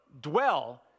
dwell